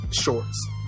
shorts